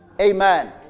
Amen